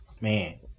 Man